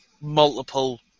multiple